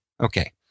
Okay